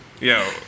Yo